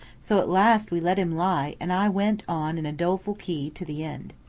so at last we let him lie and i went on in a doleful key to the end.